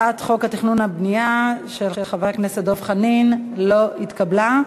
לצעירים), של חבר הכנסת דב חנין, לא התקבלה.